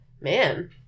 Man